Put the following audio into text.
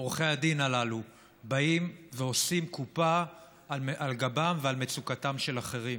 עורכי הדין הללו באים ועושים קופה על גבם ועל מצוקתם של אחרים.